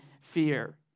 fear